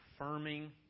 affirming